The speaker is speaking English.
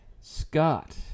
Scott